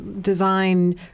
design